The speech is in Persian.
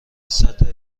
سطح